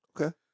Okay